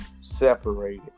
separated